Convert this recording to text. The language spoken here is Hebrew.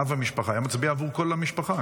אב המשפחה היה מצביע עבור כל המשפחה,